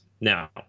Now